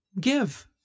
give